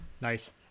nice